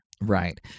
right